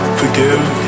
forgive